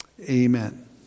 Amen